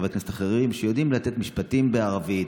חברי כנסת אחרים שיודעים לתת משפטים בערבית,